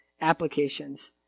applications